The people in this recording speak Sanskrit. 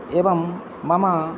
एवं मम